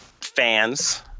fans